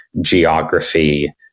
geography